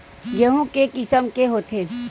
गेहूं के किसम के होथे?